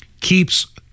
keeps